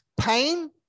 pain